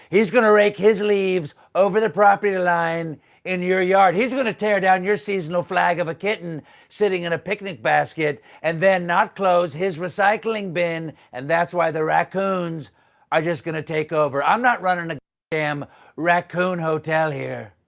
he's going to rake his leaves over the property line in your yard. he's going to tear down your seasonal flag of a kitten sitting in a picnic basket and then not close his recycling bin and that's why the raccoons are just going to take over. i'm not running and and a raccoon hotel here.